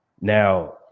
Now